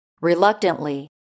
Reluctantly